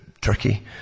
Turkey